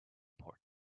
port